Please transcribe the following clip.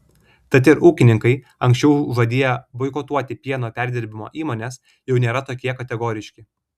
tad ir ūkininkai anksčiau žadėję boikotuoti pieno perdirbimo įmones jau nėra tokie kategoriški